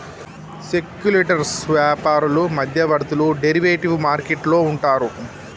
speculators వ్యాపారులు మధ్యవర్తులు derivative market లో ఉంటారు